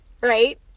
Right